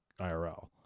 IRL